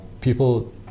people